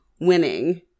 winning